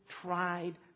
tried